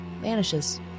vanishes